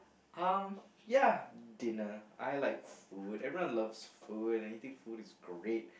um ya dinner I like food everyone loves food anything food is great